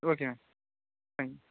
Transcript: okay ma'am thanks